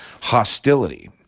hostility